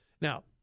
Now